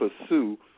pursue